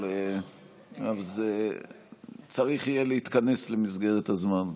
אבל צריך יהיה להתכנס למסגרת הזמן,